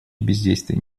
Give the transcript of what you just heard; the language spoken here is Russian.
бездействие